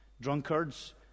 Drunkards